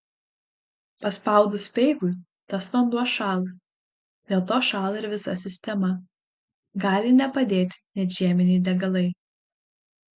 paspaudus speigui tas vanduo šąla dėl to šąla ir visa sistema gali nepadėti net žieminiai degalai